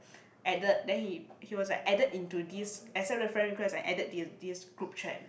added then he he was like added into this accept the friend request and added this this group chat